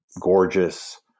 gorgeous